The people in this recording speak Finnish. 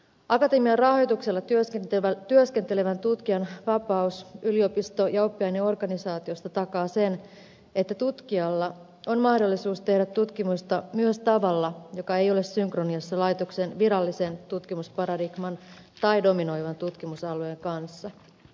akatemian rahoituksella työskentelevän tutkijan vapaus yliopisto ja oppiaineorganisaatiosta takaa sen että tutkijalla on mahdollisuus tehdä tutkimusta myös tavalla joka ei ole synkronissa laitoksen virallisen tutkimusparadigman tai dominoivan tutkimusalueen kanssa